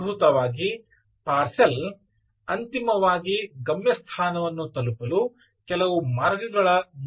ಮೂಲಭೂತವಾಗಿ ಪಾರ್ಸೆಲ್ ಅಂತಿಮವಾಗಿ ಗಮ್ಯಸ್ಥಾನವನ್ನು ತಲುಪಲು ಕೆಲವು ಮಾರ್ಗಗಳ ಮೂಲಕ ಹಾದುಹೋಗುತ್ತದೆ